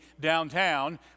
downtown